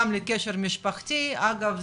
גם לקשר משפחתי אגב,